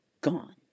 gone